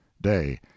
Day